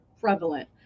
prevalent